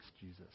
Jesus